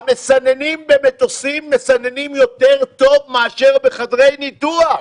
המסננים במטוסים מסננים יותר טוב מאשר בחדרי ניתוח.